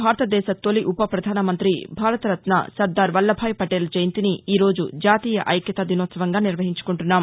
భారతదేశ తొలి ఉపపధాన మంతి భారతరత్న సర్దార్ వల్లభ భాయి పటేల్ జయంతిని ఈరోజు జాతీయ ఐక్యతా దినోత్సవంగా నిర్వహించుకుంటున్నాం